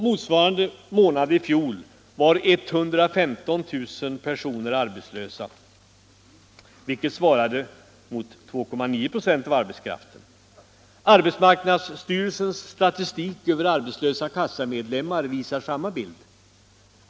Motsvarande månad i fjol var 115 000 personer arbetslösa, vilket svarade mot 2,9 96 av arbetskraften. Arbetsmarknadsstyrelsens statistik över arbetslösa kassamedlemmar visar samma bild.